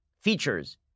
features